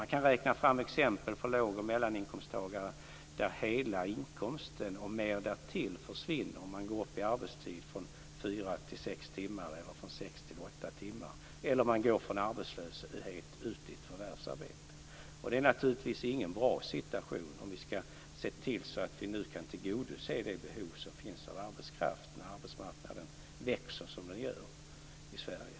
Man kan räkna fram exempel på låg och medelinkomsttagare för vilka hela inkomsten och mer därtill försvinner om de går upp i arbetstid från fyra till sex timmar eller från sex till åtta timmar eller om de från arbetslöshet går ut i ett förvärvsarbete. Det är naturligtvis ingen bra situation om vi nu skall se till att vi kan tillgodose behovet av arbetskraft när arbetsmarknaden växer som den gör i Sverige.